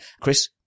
Chris